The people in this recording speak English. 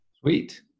Sweet